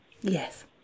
yes